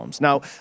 Now